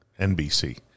NBC